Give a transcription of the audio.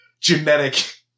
Genetic